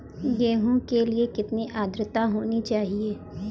गेहूँ के लिए कितनी आद्रता होनी चाहिए?